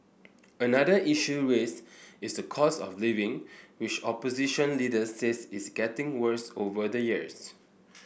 another issue raised is the cost of living which opposition leaders says is getting worse over the years